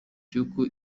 cy’uko